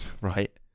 Right